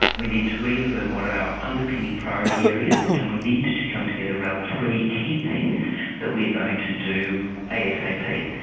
we need to reaffirm what are our underpinning priority areas, and we need to come together around three key things that we are going to do asap.